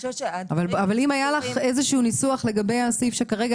אם היה לך איזשהו ניסוח לגבי הסעיף שכרגע